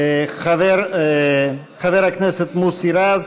חבר הכנסת מוסי רז,